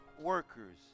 workers